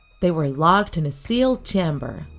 they were locked in a sealed chamber,